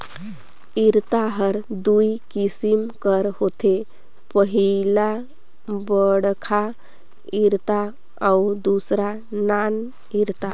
इरता हर दूई किसिम कर होथे पहिला बड़खा इरता अउ दूसर नान इरता